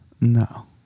No